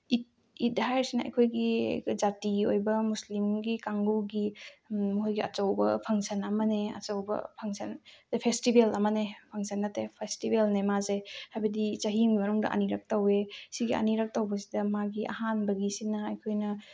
ꯏꯗ ꯏꯗ ꯍꯥꯏꯔꯤꯁꯤꯅ ꯑꯩꯈꯣꯏꯒꯤ ꯖꯥꯇꯤꯒꯤ ꯑꯣꯏꯕ ꯃꯨꯁꯂꯤꯝꯒꯤ ꯀꯥꯡꯒꯨꯒꯤ ꯃꯈꯣꯏꯒꯤ ꯑꯆꯧꯕ ꯐꯪꯁꯟ ꯑꯃꯅꯤ ꯑꯆꯧꯕ ꯐꯪꯁꯟ ꯐꯦꯁꯇꯤꯚꯦꯜ ꯑꯃꯅꯦ ꯐꯪꯁꯟ ꯅꯠꯇꯦ ꯐꯦꯁꯇꯤꯚꯦꯜꯅꯤ ꯃꯥꯁꯦ ꯍꯥꯏꯕꯗꯤ ꯆꯍꯤ ꯑꯃꯒꯤ ꯃꯅꯨꯡꯗ ꯑꯅꯤꯔꯛ ꯇꯧꯋꯦ ꯁꯤꯒꯤ ꯑꯅꯤꯔꯛ ꯇꯧꯕꯁꯤꯗ ꯃꯥꯒꯤ ꯑꯍꯥꯟꯕꯒꯤ ꯑꯩꯈꯣꯏꯅ